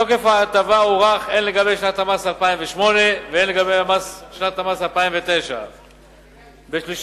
תוקף ההטבה הוארך הן לשנת המס 2008 והן לשנת המס 2009. ב-3